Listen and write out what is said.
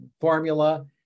formula